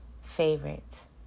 favorites